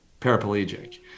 paraplegic